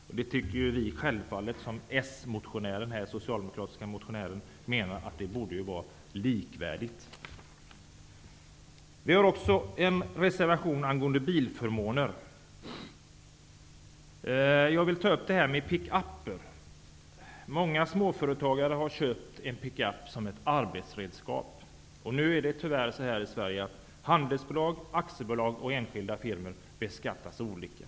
Vi tycker självfallet, som den socialdemokratiske motionären, att förmånerna borde vara likvärdiga. Vi har också en reservation om bilförmåner. Jag vill ta pickupen som exempel. Många småföretagare har köpt en pickup som ett arbetsredskap, men nu är det tyvärr så i Sverige att handelsbolag, aktiebolag och enskilda firmor beskattas olika.